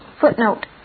Footnote